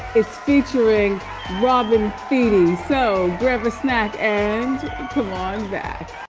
it's featuring robin finney, so grab a snack and come um